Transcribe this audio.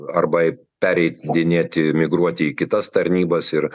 arba pereidinėti migruoti į kitas tarnybas ir